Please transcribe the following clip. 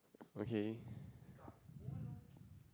okay